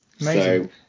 Amazing